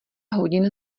hodin